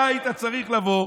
אתה היית צריך לבוא,